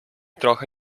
trochę